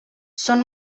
són